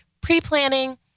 pre-planning